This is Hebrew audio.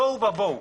תוהו ובוהו,